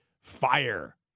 fire